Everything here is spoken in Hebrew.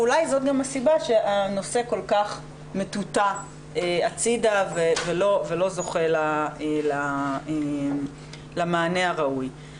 ואולי זו גם הסיבה שהנושא כל כך מטוטא הצידה ולא זוכה למענה הראוי.